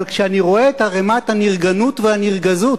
אבל כשאני רואה את ערימת הנרגנות והנרגזות